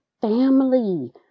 family